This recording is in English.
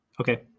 okay